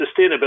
sustainability